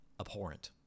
abhorrent